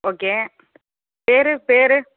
okay பேர் பேர்